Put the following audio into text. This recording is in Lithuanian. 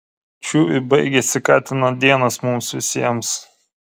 čiuju baigėsi katino dienos mums visiems